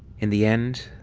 in the end,